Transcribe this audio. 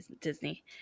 Disney